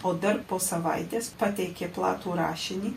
o dar po savaitės pateikė platų rašinį